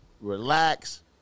relax